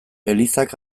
elizak